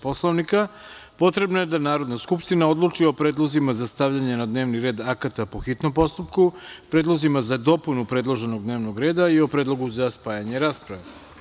Poslovnika, potrebno je da Narodna skupština odluči o predlozima za stavljanje na dnevni red akata po hitnom postupku, predlozima za dopunu predloženog dnevnog reda i o predlogu za spajanje rasprave.